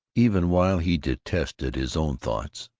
even while he detested his own thoughts,